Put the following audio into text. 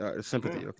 sympathy